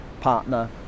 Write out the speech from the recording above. partner